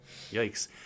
Yikes